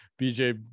BJ